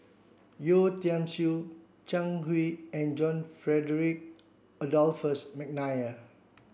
Yeo Tiam Siew Zhang Hui and John Frederick Adolphus McNair